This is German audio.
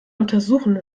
untersuchen